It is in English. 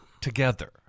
together